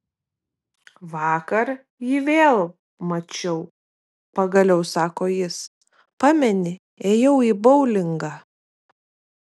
vakar jį vėl mačiau pagaliau sako jis pameni ėjau į boulingą